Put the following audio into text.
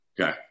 Okay